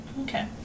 Okay